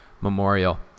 memorial